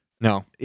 No